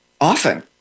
often